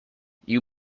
you